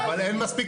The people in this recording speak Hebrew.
אין מספיק